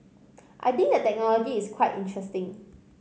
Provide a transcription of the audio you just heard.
I think the technology is quite interesting